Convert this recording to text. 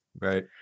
Right